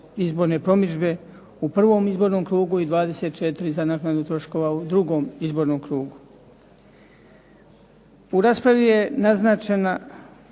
izborne promidžbe u prvom izbornom krugu i 24 za naknadu troškova u drugom izbornom krugu. U raspravi je naznačeno